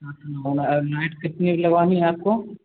आठ नौ और नाइट कितनी लगवानी है आपको